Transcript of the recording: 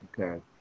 Okay